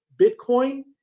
Bitcoin